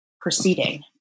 proceeding